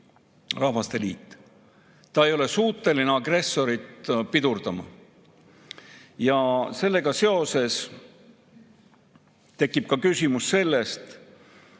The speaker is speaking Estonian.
Rahvasteliit. Ta ei ole suuteline agressorit pidurdama. Ja sellega seoses tekib ka küsimus sellest,